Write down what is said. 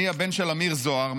אני הבן של אמיר זוהר,